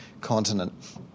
continent